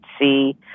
see